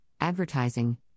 advertising